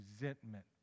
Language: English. resentment